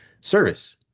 service